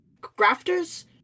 Grafters